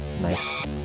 nice